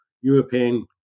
European